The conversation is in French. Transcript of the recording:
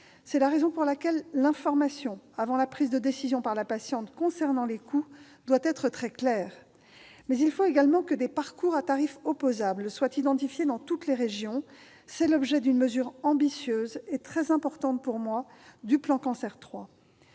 C'est la raison pour laquelle l'information avant la prise de décision par la patiente concernant les coûts doit être très claire. Mais il faut également que des parcours à tarif opposable soient identifiés dans toutes les régions. C'est l'objet d'une mesure ambitieuse et très importante pour moi du plan Cancer